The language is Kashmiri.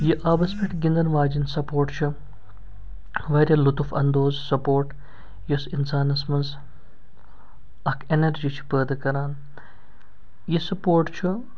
یہِ آبَس پٮ۪ٹھ گِنٛدَن واجیٚنۍ سَپوٹ چھُ واریاہ لُطُف اَنٛدوز سَپوٹ یُس اِنسانَس منٛز اکھ اٮ۪نَرجی چھُ پٲدٕ کران یہِ سٕپوٹ چھُ